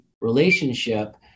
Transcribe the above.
relationship